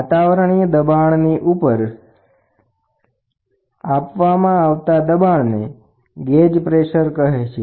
વાતાવરણીય દબાણની ઉપર માપવામાં આવતા દબાણને ગેજ પ્રેસર કહે છે